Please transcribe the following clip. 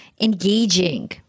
Engaging